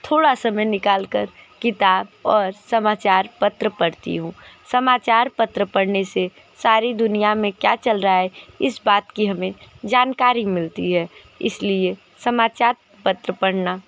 थोड़ा समय निकालकर किताब और समाचार पत्र पढ़ती हूँ समाचार पत्र पढ़ने से सारी दुनिया में क्या चल रहा है इस बात की हमें जानकारी मिलती है इसलिए समाचार पत्र पढ़ना